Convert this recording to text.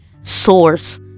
source